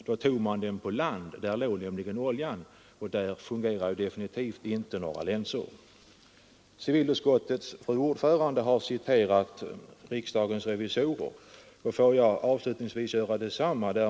Då tog man oljan på land — där låg den nämligen, och där fungerar definitivt inte några länsor. Civilutskottets fru ordförande har citerat riksdagens revisorer, och jag får avslutningsvis göra detsamma.